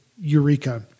Eureka